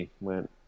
went